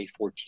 2014